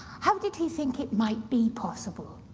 how did he think it might be possible?